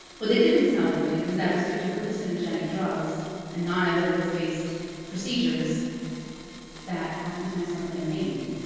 what they didn't tell women was that it was due to hallucinogenic drugs and non-evidence-based procedures that oftentimes left them maimed.